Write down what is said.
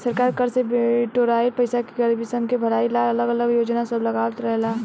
सरकार कर से बिटोराइल पईसा से गरीबसन के भलाई ला अलग अलग योजना सब लगावत रहेला